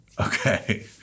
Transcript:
Okay